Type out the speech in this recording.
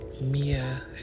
Mia